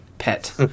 pet